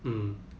mm